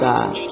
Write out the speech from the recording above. God